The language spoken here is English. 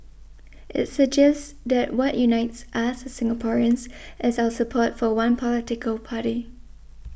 it suggests that what unites us Singaporeans is our support for one political party